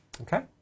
Okay